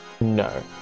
No